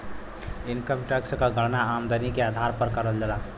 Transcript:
income tax क गणना आमदनी के आधार पर करल जाला